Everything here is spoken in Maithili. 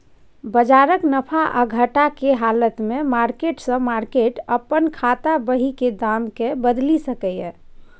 बजारक नफा आ घटा के हालत में मार्केट से मार्केट अपन खाता बही के दाम के बदलि सकैए